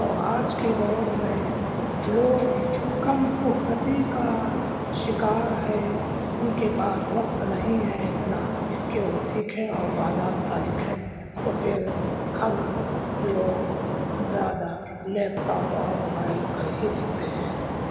اور آج کے دور میں لوگ کم فرصتی کا شکار ہے ان کے پاس وقت نہیں ہے اتنا کہ وہ سیکھیں اور باضابطہ لکھیں تو پھر اب لوگ زیادہ لیپ ٹاپ اورموبائل پر ہی لکھتے ہیں